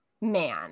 man